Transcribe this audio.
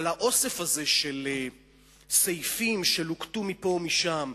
אבל האוסף הזה של סעיפים שלוקטו מפה ומשם,